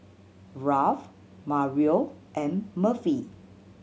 Ralph Mario and Murphy